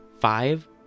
five